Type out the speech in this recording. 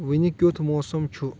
وٕنہِ کِیُتھ موسم چھُ